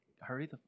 Hurry